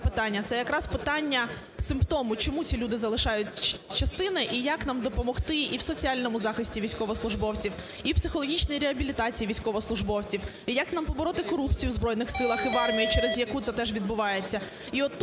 це якраз питання симптому, чому ці люди залишають частини, і як нам допомогти і в соціальному захисті військовослужбовців, і в психологічній реабілітації військовослужбовців, і як нам побороти корупцію в Збройних Силах і в армії, через яку це теж відбувається.